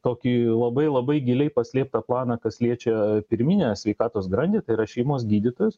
tokį labai labai giliai paslėptą planą kas liečia pirminę sveikatos grandį tai yra šeimos gydytojus